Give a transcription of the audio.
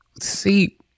See